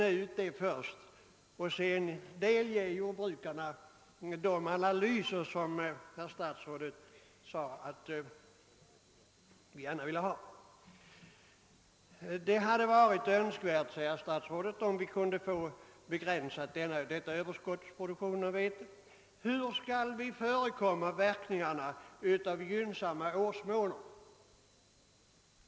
Det finns nog skäl att räkna ut detta. Statsrådet nämnde att det hade varit önskvärt att denna överskottsproduktion av vete kunnat begränsas. Hur skall vi förekomma verkningarna av gynnsamma årsmåner?